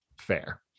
Fair